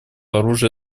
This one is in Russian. оружия